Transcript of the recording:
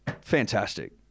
fantastic